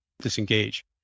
disengage